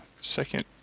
second